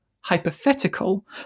hypothetical